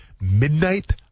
Midnight